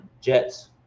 Jets